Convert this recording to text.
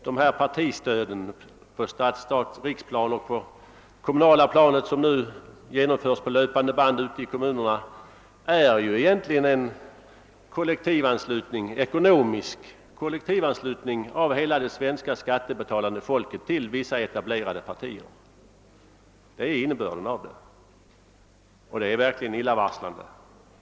Det partistöd på riksplanet och på det kommunala planet, som nu genomförs på löpande band ute i kommunerna, innebär en ekonomisk kollektivanslutning av hela det svenska skattebetalande folket till vissa etablerade partier. Det är innebörden, och den är verkligen illavarslande.